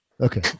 Okay